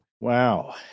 wow